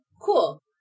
Cool